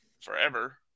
forever